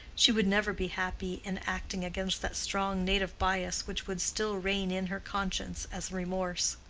she would never be happy in acting against that strong native bias which would still reign in her conscience as remorse.